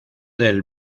del